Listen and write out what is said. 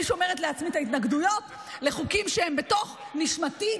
אני שומרת לעצמי את ההתנגדויות לחוקים שהם בתוך נשמתי,